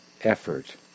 effort